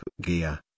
gear